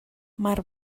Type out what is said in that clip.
mar